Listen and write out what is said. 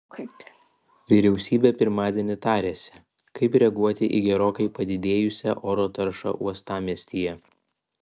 vyriausybė pirmadienį tarėsi kaip reaguoti į gerokai padidėjusią oro taršą uostamiestyje